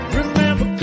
remember